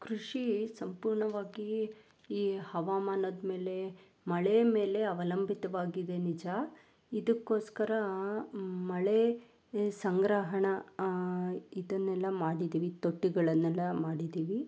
ಕೃಷಿ ಸಂಪೂರ್ಣವಾಗಿ ಈ ಹವಾಮಾನದ ಮೇಲೆ ಮಳೆಯ ಮೇಲೆ ಅವಲಂಬಿತವಾಗಿದೆ ನಿಜ ಇದಕ್ಕೋಸ್ಕರ ಮಳೆ ಸಂಗ್ರಹಣ ಇದನ್ನೆಲ್ಲ ಮಾಡಿದ್ದೀವಿ ತೊಟ್ಟಿಗಳನ್ನೆಲ್ಲ ಮಾಡಿದ್ದೀವಿ